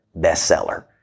bestseller